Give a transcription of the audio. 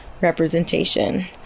representation